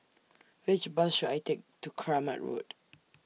Which Bus should I Take to Kramat Road